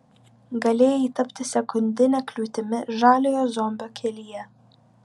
galėjai tapti sekundine kliūtimi žaliojo zombio kelyje